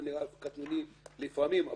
זה נראה קטנוני לפעמים,